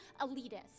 elitist